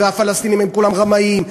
והפלסטינים הם כולם רמאים,